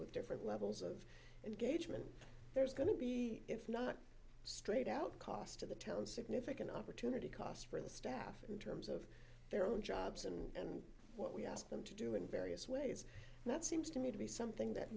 with different levels of engagement there's going to be if not straight out cost to the town significant opportunity cost for the staff in terms of their own jobs and what we ask them to do in various ways that seems to me to be something that